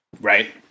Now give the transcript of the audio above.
Right